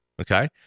Okay